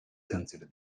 consider